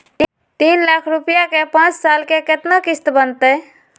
तीन लाख रुपया के पाँच साल के केतना किस्त बनतै?